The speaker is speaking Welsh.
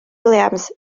williams